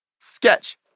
Sketch